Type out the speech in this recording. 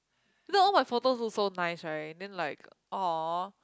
then all my photos look so nice right then like !aww!